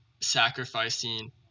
sacrificing